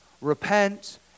repent